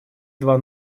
два